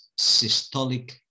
systolic